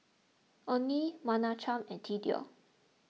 Onie Menachem and thedore